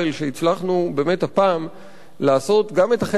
שהצלחנו באמת הפעם לעשות גם את החלק של